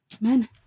men